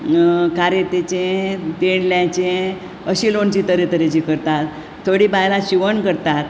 कारात्याचे तेंडल्याचें अशी लोणचीं तरेतरेचीं करतात थोडीं बायलां शिवण करतात